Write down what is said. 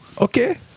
okay